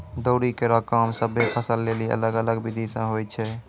दौरी केरो काम सभ्भे फसल लेलि अलग अलग बिधि सें होय छै?